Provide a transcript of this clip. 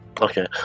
Okay